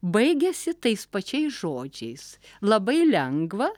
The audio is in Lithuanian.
baigiasi tais pačiais žodžiais labai lengva